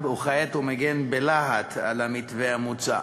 וכעת הוא מגן בלהט על המתווה המוצע,